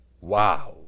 Wow